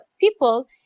people